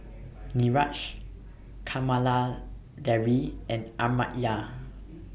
Niraj Kamaladevi and Amartya